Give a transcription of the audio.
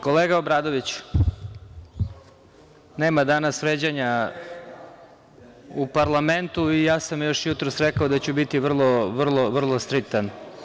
Kolega Obradoviću, nema danas vređanja u parlamentu i ja sam još jutros rekao da ću biti vrlo, vrlo striktan.